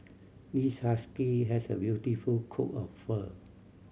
this husky has a beautiful coat of fur